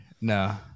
No